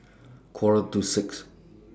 Quarter to six